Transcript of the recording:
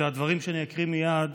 את הדברים שאני אקריא מייד